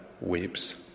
weeps